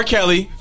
Kelly